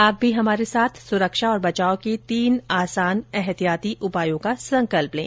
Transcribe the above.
आप भी हमारे साथ सुरक्षा और बचाव के तीन आसान एहतियाती उपायों का संकल्प लें